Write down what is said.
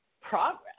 progress